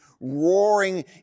roaring